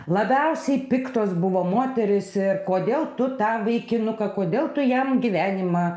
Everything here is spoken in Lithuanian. labiausiai piktos buvo moterys ir kodėl tu tą vaikinuką kodėl tu jam gyvenimą